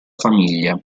famiglia